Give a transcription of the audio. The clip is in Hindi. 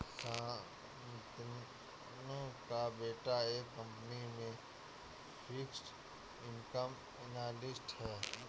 शांतनु का बेटा एक कंपनी में फिक्स्ड इनकम एनालिस्ट है